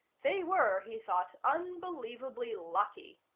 they were, he thought, unbelievably lucky.